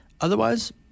Otherwise